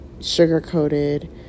sugar-coated